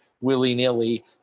willy-nilly